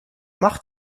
macht